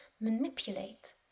manipulate